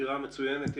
סקירה מצוינת.